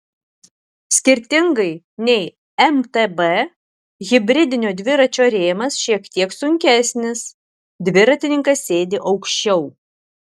skirtingai nei mtb hibridinio dviračio rėmas šiek tiek sunkesnis dviratininkas sėdi aukščiau